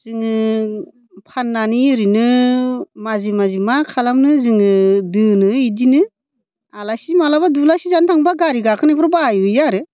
जोङो फाननानै ओरैनो माजि माजि मा खालामनो जोङो दोनो बिदिनो आलासि माब्लाबा दुलासि जानो थांबा गारि गाखोनायफोराव बाहायहैयो आरो